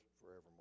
forevermore